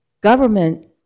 Government